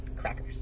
crackers